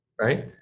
right